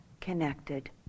connected